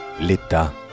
L'état